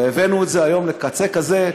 והבאנו את זה היום לקצה כזה,